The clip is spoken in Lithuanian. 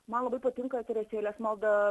man labai patinka teresėlės maldą